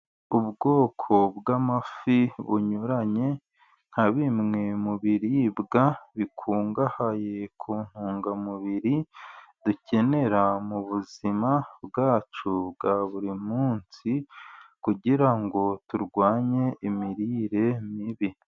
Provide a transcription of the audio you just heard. Ubwoko bw'amafi bunyuranye nka bimwe mu biribwa bikungahaye ku ntungamubiri dukenera mu buzima bwacu bwa buri munsi kugira ngo turwanye imirire mibi.